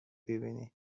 ببینینبازم